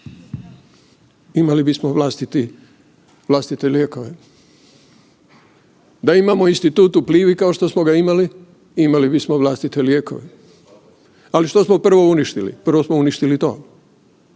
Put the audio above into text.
imali bismo vlastite lijekove, da imamo Institut u Plivi kao što smo ga imali, imali bismo vlastite lijekove. Ali što smo prvo uništili? Prvo smo uništili to.